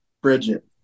Bridget